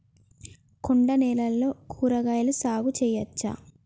కొండ నేలల్లో కూరగాయల సాగు చేయచ్చా?